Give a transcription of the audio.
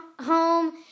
home